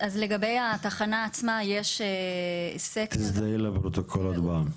אז לגבי התחנה עצמה --- תזדהי לפרוטוקול עוד פעם.